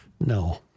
No